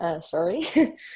Sorry